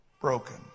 broken